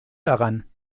daran